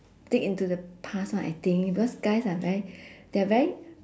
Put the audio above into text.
dig into the past lah I think because guys are very they're very